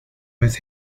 with